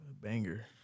banger